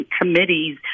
committees